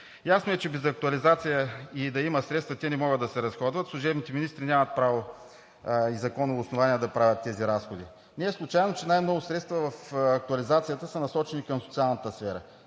Ясно е, че без актуализация – и да има средства, те не могат да се разходват, служебните министри нямат право и законово основание да правят тези разходи. Не е случайно, че най-много средства в актуализацията са насочени към социалната сфера.